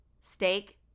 steak